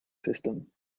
system